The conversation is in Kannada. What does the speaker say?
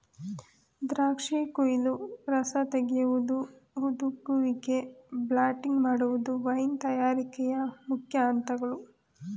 ದ್ರಾಕ್ಷಿ ಕುಯಿಲು, ರಸ ತೆಗೆಯುವುದು, ಹುದುಗುವಿಕೆ, ಬಾಟ್ಲಿಂಗ್ ಮಾಡುವುದು ವೈನ್ ತಯಾರಿಕೆಯ ಮುಖ್ಯ ಅಂತಗಳು